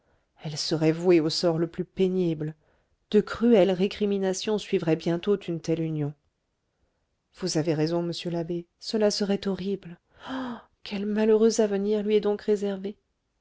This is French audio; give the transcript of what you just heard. elle serait vouée au sort le plus pénible de cruelles récriminations suivraient bientôt une telle union vous avez raison monsieur l'abbé cela serait horrible ah quel malheureux avenir lui est donc réservé